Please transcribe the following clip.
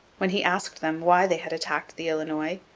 when he asked them why they had attacked the illinois,